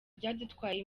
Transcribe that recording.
byadutwaye